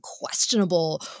questionable